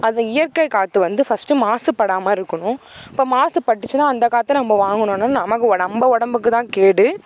அந்த இயற்கை காற்று வந்து ஃபஸ்ட்டு மாசுபடாமல் இருக்கணும் இப்போ மாசுபட்டுச்சுன்னா அந்த காற்றை நம்ம வாங்கினோன்னா நமக்கு நம்ம உடம்புக்குதான் கேடு